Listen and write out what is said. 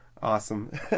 Awesome